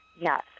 Yes